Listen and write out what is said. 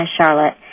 Charlotte